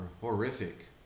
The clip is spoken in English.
horrific